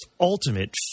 Ultimate